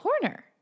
corner